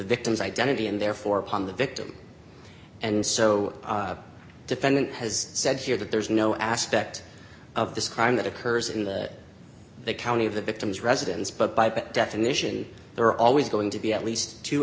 victim's identity and therefore upon the victim and so defendant has said here that there is no aspect of this crime that occurs in the the county of the victim's residence but by definition there are always going to be at least two